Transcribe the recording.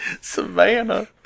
Savannah